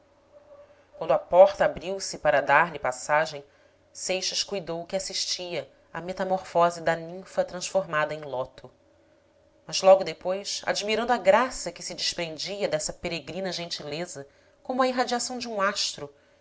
quando a porta abriu-se para dar-lhe passagem seixas cuidou que assistia à metamorfose da ninfa transformada em loto mas logo depois admirando a graça que se desprendia dessa peregrina gentileza como a irradiação de um astro